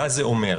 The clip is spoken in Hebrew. מה זה אומר?